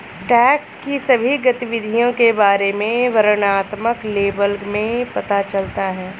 tax की सभी गतिविधियों के बारे में वर्णनात्मक लेबल में पता चला है